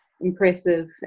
impressive